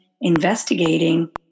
investigating